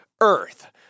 Earth